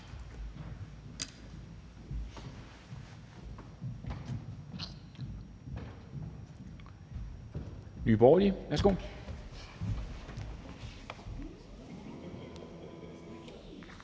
Nye Borgerlige. Værsgo.